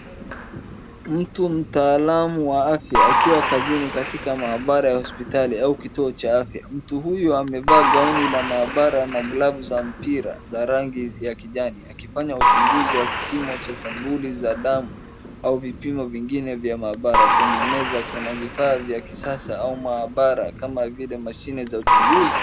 Mtu mtaalamu wa afya akiwa kazini katika maabara ya hospitali au kituo cha afya. Mtu huyu amevaa ngauni la maabara na glavu za mpira za rangi ya kijani, akifanya uchunguzi wa kipimo cha sampuli za damu au vipimo vingine vya maabara. Kwenye meza kuna vifaa vya kisasa au maabara kama vile mashine za uchunguzi.